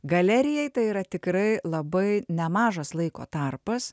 galerijai tai yra tikrai labai nemažas laiko tarpas